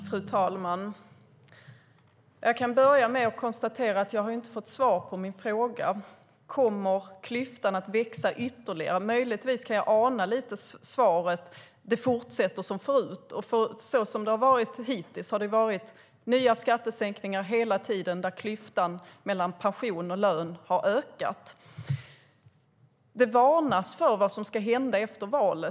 Fru talman! Jag kan börja med att konstatera att jag inte har fått svar på min fråga: Kommer klyftan att växa ytterligare? Möjligtvis kan jag ana svaret: Det fortsätter som förut. Så som det har varit hittills har det varit nya skattesänkningar hela tiden där klyftan mellan pension och lön har ökat. Det varnas för vad som ska hända efter valet.